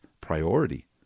priority